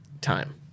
time